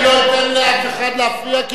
אני לא אתן לאף אחד להפריע.